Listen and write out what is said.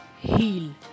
heal